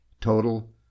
Total